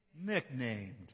Nicknamed